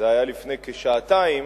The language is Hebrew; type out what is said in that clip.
זה היה לפני כשעתיים,